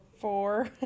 four